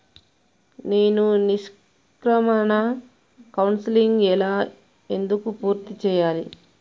నేను నిష్క్రమణ కౌన్సెలింగ్ ఎలా ఎందుకు పూర్తి చేయాలి?